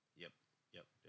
yup yup